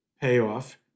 payoff